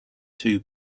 two